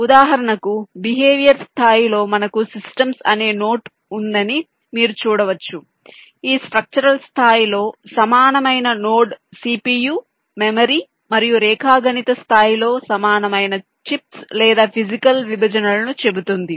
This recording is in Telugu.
ఉదాహరణకు బిహేవియర్ స్థాయిలో మనకు సిస్టమ్స్ అనే నోట్ ఉందని మీరు చూడవచ్చు ఈ స్ట్రక్చరల్ స్థాయిలో సమానమైన నోడ్ CPU మెమరీ మరియు రేఖాగణిత స్థాయిలో సమానమైనది చిప్స్ లేదా ఫిజికల్ విభజనలను చెబుతుంది